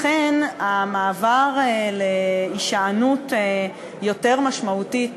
לכן המעבר להישענות יותר משמעותית